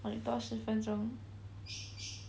多十分钟